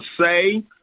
say